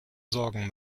sorgen